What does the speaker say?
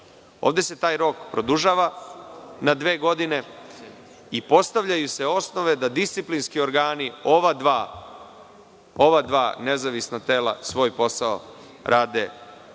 Ovde se taj rok produžava na dve godine i postavljaju se osnove da disciplinski organi ova dva nezavisna tela svoj posao rade